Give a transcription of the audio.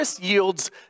yields